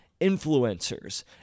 influencers